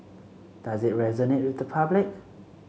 does it resonate with the public